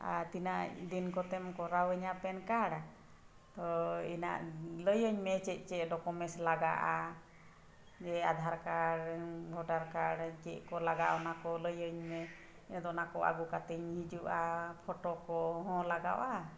ᱟᱨ ᱛᱤᱱᱟᱹᱜ ᱫᱤᱱ ᱠᱚᱛᱮᱢ ᱠᱚᱨᱟᱣᱟᱹᱧᱟ ᱛᱳ ᱤᱱᱟᱹᱜ ᱞᱟᱹᱭᱟᱹᱧ ᱢᱮ ᱪᱮᱫ ᱪᱮᱫ ᱞᱟᱜᱟᱜᱼᱟ ᱡᱮ ᱪᱮᱫ ᱠᱚ ᱞᱟᱜᱟᱜᱼᱟ ᱚᱱᱟ ᱠᱚ ᱞᱟᱹᱭᱟᱹᱧ ᱢᱮ ᱟᱫᱚ ᱚᱱᱟᱠᱚ ᱟᱹᱜᱩ ᱠᱟᱛᱮᱫ ᱤᱧ ᱦᱤᱡᱩᱜᱼᱟ ᱠᱚᱦᱚᱸ ᱞᱟᱜᱟᱜᱼᱟ